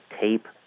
tape